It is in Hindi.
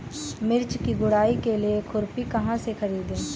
मिर्च की गुड़ाई के लिए खुरपी कहाँ से ख़रीदे?